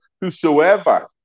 Whosoever